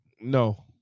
no